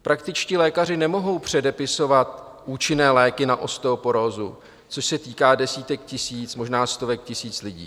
Praktičtí lékaři nemohou předepisovat účinné léky na osteoporózu, což se týká desítek tisíc, možná stovek tisíc lidí.